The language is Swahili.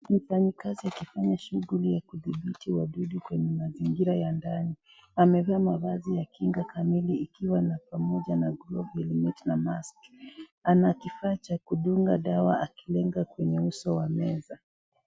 Mfanyikazi akifanya shughuli ya kudhibiti wadudu kweye mazingira ya ndani amevaa mavazi ya kinga kamili ikiwa na pamoja na glovu , helmet na mask ana kifaa cha kudunga dawa akiweka kwenye uso wa meza.